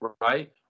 right